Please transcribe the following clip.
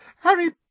Harry